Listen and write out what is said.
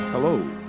Hello